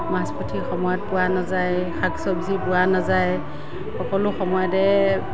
মাছ পুঠি সময়ত পোৱা নাযায় শাক চব্জি পোৱা নাযায় সকলো সময়তে